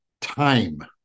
time